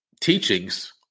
teachings